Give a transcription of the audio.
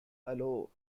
allow